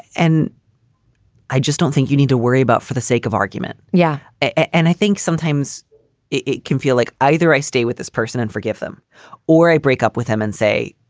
and i just don't think you need to worry about for the sake of argument. yeah. and i think sometimes it can feel like either i stay with this person and forgive them or a break up with him and say,